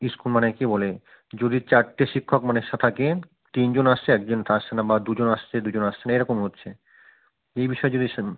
school মানে কী বলে যদি চারটে শিক্ষক মানে থাকে তিনজন আসছে একজন আসছে না বা দুজন আসছে দুজন আসছে না এরকম হচ্ছে এই বিষয়ে যদি সেম